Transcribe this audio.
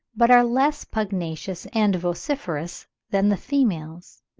but are less pugnacious and vociferous than the females,